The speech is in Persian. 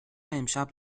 امشب